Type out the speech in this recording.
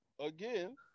again